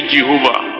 Jehovah